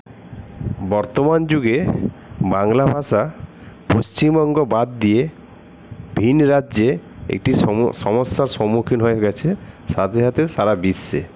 বর্তমান যুগে বাংলা ভাষা পশ্চিমবঙ্গ বাদ দিয়ে ভিন রাজ্যে একটি সমস্যার সম্মুখীন হয়ে গেছে সাথে সাথে সারা বিশ্বে